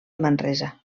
manresa